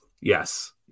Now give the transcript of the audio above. Yes